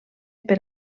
per